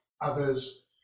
others